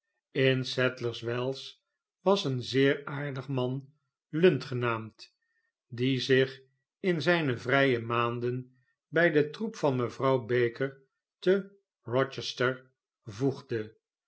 in sadlers wells was een zeer aardig man lund genaamd die zich in zijne vrije maanden bij den troep van mevrouw baker te rochester voegde